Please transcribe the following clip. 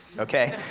okay?